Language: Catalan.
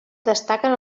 destaquen